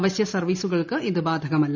അവശ്യസർവ്വീസുകൾക്ക് ഇത് ബാധകമല്ല